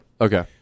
Okay